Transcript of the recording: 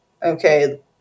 okay